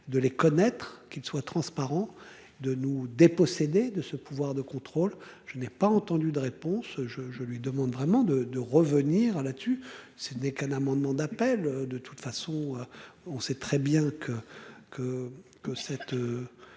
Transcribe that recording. de les connaître, qu'il soit transparent de nous déposséder de ce pouvoir de contrôle. Je n'ai pas entendu de réponse je je lui demande vraiment de, de revenir à la dessus. Ce n'est qu'un amendement d'appel, de toute façon on sait très bien que que